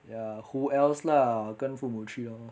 ya who else lah 跟父母去 lor